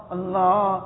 Allah